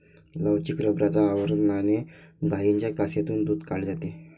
लवचिक रबराच्या आवरणाने गायींच्या कासेतून दूध काढले जाते